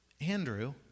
Andrew